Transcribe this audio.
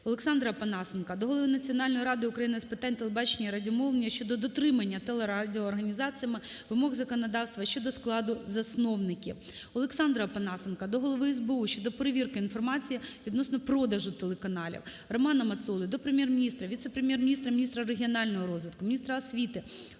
Олександра Опанасенка до Голови Національної ради України з питань телебачення і радіомовлення щодо дотримання телеорганізаціями вимог законодавства щодо складу засновників. Олександра Опанасенка до Голови СБУ щодо перевірки інформації відносно продажу телеканалів. Романа Мацоли до Прем'єр-міністра, Віце-прем’єр-міністра – міністра регіонального розвитку, міністра освіти